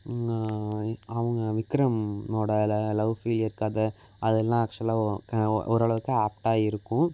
அவங்க விக்ரம்னோட ல லவ் ஃபெயிலியர் கதை அதெல்லாம் ஆக்ஷுவலா க ஓ ஓரளவுக்கு ஆப்ட்டாக இருக்கும்